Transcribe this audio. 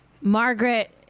Margaret